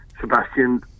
Sebastian